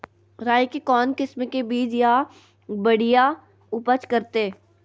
राई के कौन किसिम के बिज यहा बड़िया उपज करते?